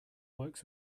works